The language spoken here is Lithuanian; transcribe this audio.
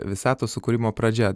visatos sukūrimo pradžia